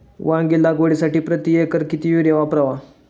वांगी लागवडीसाठी प्रति एकर किती युरिया वापरावा?